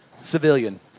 Civilian